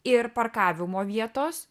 ir parkavimo vietos